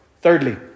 Thirdly